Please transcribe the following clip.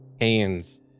hands